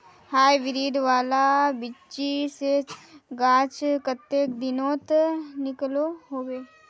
Hybrid वाला बिच्ची से गाछ कते दिनोत निकलो होबे?